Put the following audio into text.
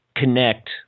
connect